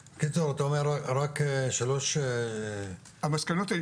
בקיצור אתה אומר רק שלוש --- המסקנות הן